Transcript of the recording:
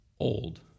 old